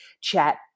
chat